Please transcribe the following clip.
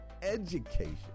education